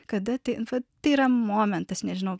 kada tai vat tai yra momentas nežinau